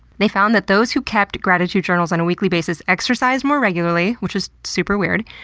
they found that those who kept gratitude journals on a weekly basis exercised more regularly. which is super weird.